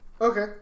Okay